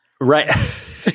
Right